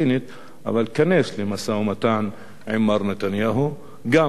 אבל: תיכנס למשא-ומתן עם מר נתניהו גם כאשר הוא